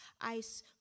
ice